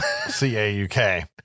C-A-U-K